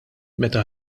meta